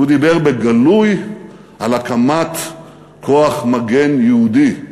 הוא דיבר בגלוי על הקמת כוח מגן יהודי,